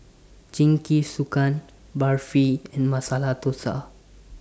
Jingisukan Barfi and Masala Dosa